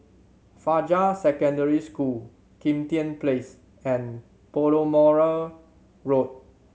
Fajar Secondary School Kim Tian Place and Balmoral Road